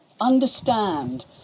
understand